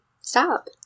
stop